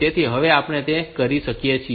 તેથી હવે આપણે તે કરી શકીએ છીએ